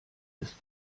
ist